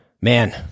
man